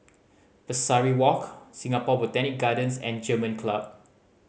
Pesari Walk Singapore Botanic Gardens and German Club